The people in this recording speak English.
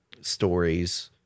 stories